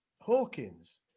Hawkins